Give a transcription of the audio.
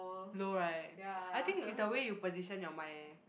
low right I think it's the way you position your mind eh